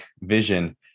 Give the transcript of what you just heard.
vision